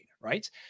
right